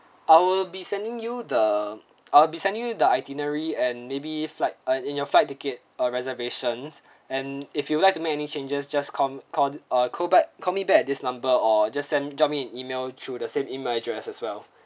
I'll be sending you the I'll be sent you the itinerary and maybe flight ah and your flight ticket reservations and if you would like to make any changes just call call ah call back call me back at this number or just sent me an email through the same email address as well